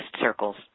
circles